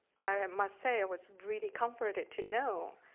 i um must say, i was really comforted to know,